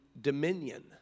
Dominion